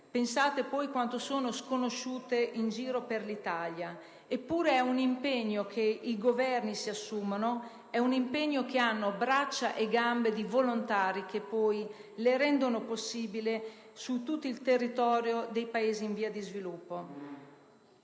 pensate quanto lo siano in giro per l'Italia! Eppure è un impegno che i Governi si assumono, e si tratta di azioni che hanno le braccia e le gambe dei volontari che le rendono possibili su tutto il territorio dei Paesi in via di sviluppo.